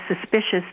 suspicious